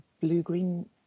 blue-green